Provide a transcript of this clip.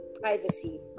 privacy